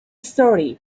story